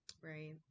Right